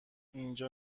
اینجا